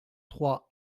trois